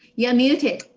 yeah muted?